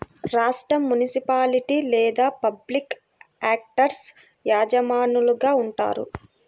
రాష్ట్రం, మునిసిపాలిటీ లేదా public actors యజమానులుగా ఉంటారు